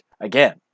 again